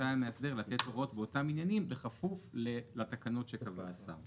רשאי המאסדר לתת הוראות באותם עניינים בכפוף לתקנות שקבע השר".